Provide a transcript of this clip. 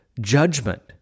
judgment